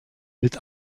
mit